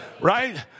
right